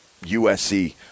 USC –